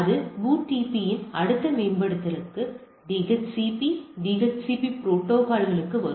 அது BOOTP இன் அடுத்த மேம்படுத்தலுக்கு DHCP DHCP புரோட்டோகால்க்கு வரும்